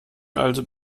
also